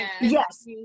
Yes